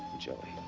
joey